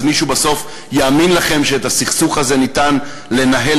אז מישהו בסוף יאמין לכם שאת הסכסוך הזה ניתן לנהל